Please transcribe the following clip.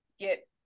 get